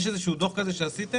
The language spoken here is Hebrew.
יש איזשהו דוח כזה שעשיתם?